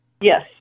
Yes